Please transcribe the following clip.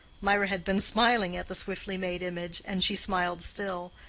mirah had been smiling at the swiftly-made image, and she smiled still,